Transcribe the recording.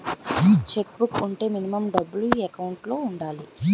Check book వుంటే minimum డబ్బులు account లో ఉండాలి?